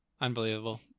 Unbelievable